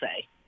say